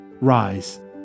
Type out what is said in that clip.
rise